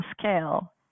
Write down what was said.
scale